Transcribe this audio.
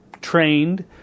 trained